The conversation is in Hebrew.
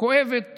כואבת